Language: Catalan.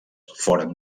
foren